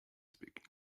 speaking